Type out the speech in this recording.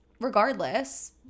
Regardless